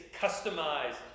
customized